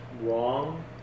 wrong